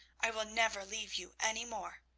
i will never leave you any more.